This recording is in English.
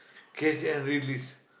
catch and release